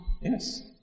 Yes